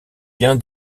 bien